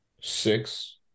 Six